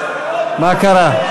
מה קרה?